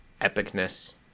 epicness